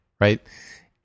right